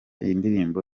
indirimbo